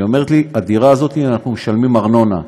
היא אומרת לי: על הדירה הזאת אנחנו משלמים ארנונה.